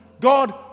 God